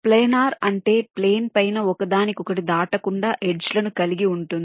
planar అంటే plane పైన ఒకదానికొకటి దాటకుండా ఎడ్జ్ ను కలిగి ఉంటుంది